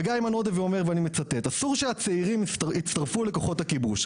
אומר ואני מצטט: ״אסור שהצעירים יצטרפו לכוחות הכיבוש,